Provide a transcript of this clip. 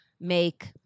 make